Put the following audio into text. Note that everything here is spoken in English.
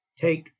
take